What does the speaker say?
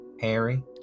Harry